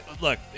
Look